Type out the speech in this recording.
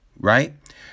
right